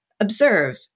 observe